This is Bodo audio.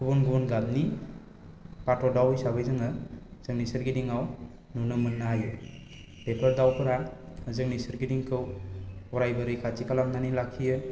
गुबुन गुबुन गाबनि बाथ' दाव हिसाबै जोङो जोंनि सोरगिदिंआव नुनो मोननो हायो बेफोर दावफोरा जोंनि सोरगिदिंखौ अरायबो रैखाथि खालामनानै लाखियो